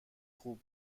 خوب